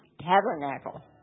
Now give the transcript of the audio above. tabernacle